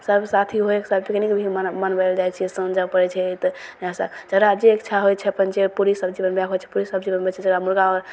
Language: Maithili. सब साथी होइ एकसाथ पिकनिक भी मन मनबै ले जाइ छिए साँझ जब पड़ै छै तऽ नया साल जकरा जे इच्छा होइ छै अपन जे पूड़ी सबजी बनबैके होइ छै पूड़ी सबजी बनबै छै जकरा मुरगा आओर